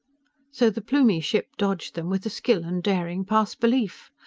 so the plumie ship dodged them with a skill and daring past belief.